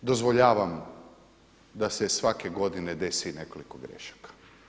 Dozvoljavam da se svake godine desi nekoliko grešaka.